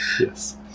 Yes